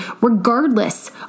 regardless